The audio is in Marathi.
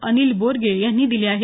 अनिल बोरगे यांनी दिले आहेत